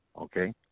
okay